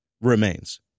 remains